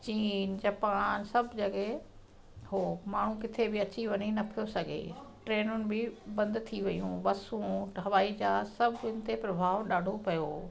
चीन जापान सभु जॻहि हो माण्हू किथे बि अची वञी न पियो सघे ट्रेनियुनि बि बंदि थी वियूं बसूं हवाई जहाज सभु हिन ते प्रभाव ॾाढो पियो